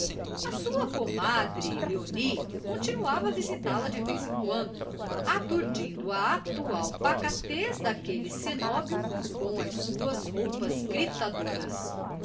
a sua comadre léonie continuava a visitá-la de vez em quando aturdindo a atual pacatez daquele cenóbio com as suas roupas gritadoras